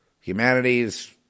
humanities